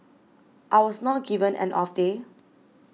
I was not given an off day